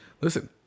Listen